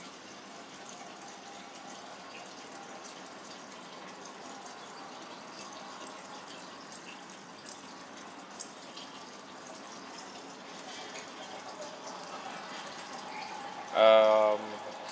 um